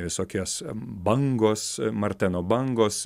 visokias bangos marteno bangos